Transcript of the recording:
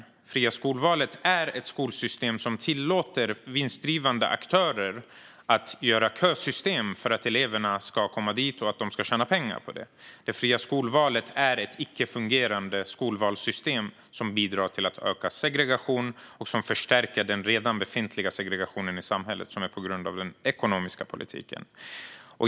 Det fria skolvalet är ett skolsystem som tillåter vinstdrivande aktörer att ha kösystem för att eleverna ska komma dit och som tillåter aktörerna att tjäna pengar på det. Det fria skolvalet är ett icke-fungerande skolvalssystem som bidrar till att öka segregation och som förstärker den redan befintliga segregation som finns i samhället på grund av den ekonomiska politiken.